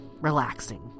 relaxing